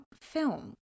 film